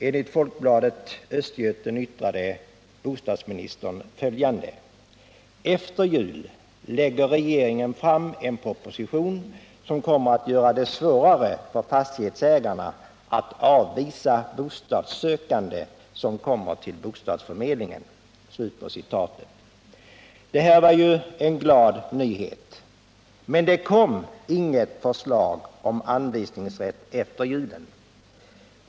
Enligt Folkbladet Östgöten yttrade Birgit Friggebo följande: ”Efter jul lägger regeringen fram en proposition som kommer att göra det svårare för fastighetsägarna att avvisa bostadssökande, som kommer till bostadsförmedlingen”. Det var ju en glad nyhet. Men det kom inget förslag om anvisningsrätt efter julen.